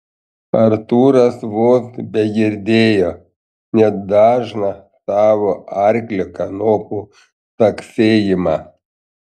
artūras vos begirdėjo net dažną savo arklio kanopų caksėjimą